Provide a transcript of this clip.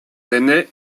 rennais